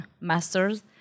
masters